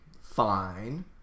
fine